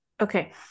Okay